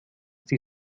die